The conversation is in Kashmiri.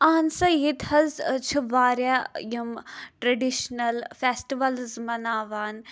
اہن سا ییتہِ حظ چھِ واریاہ یِم ٹریڑشنل فیسٹٕولز مناوان